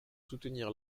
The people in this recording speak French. soutenir